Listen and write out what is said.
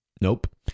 Nope